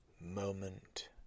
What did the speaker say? moment